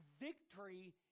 victory